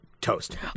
toast